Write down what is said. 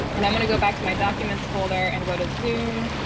and i'm going to go back to my documents folder and go to zoom,